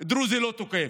דרוזי לא תוקף,